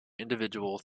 individual